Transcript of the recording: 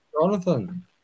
Jonathan